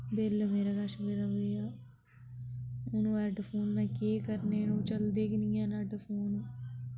bill मेरे कश पेदा भैया हून ओह् हैडफोन में केह् करने न ओह् चलदे गै नी हैन हैडफोन